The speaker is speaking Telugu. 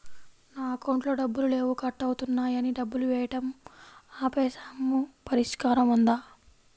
నా అకౌంట్లో డబ్బులు లేవు కట్ అవుతున్నాయని డబ్బులు వేయటం ఆపేసాము పరిష్కారం ఉందా?